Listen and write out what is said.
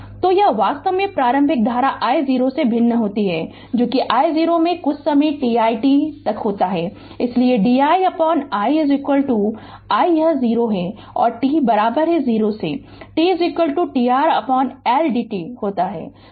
Refer Slide Time 0922 तो हम वास्तव में प्रारंभिक धारा I0 से भिन्न होता है जो कि I0 से कुछ समय t i t तक होता है इसलिए di i यह 0 पर t 0 से t t R L dt होता है